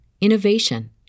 innovation